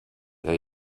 der